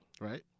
Right